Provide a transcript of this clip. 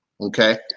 okay